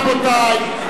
רבותי,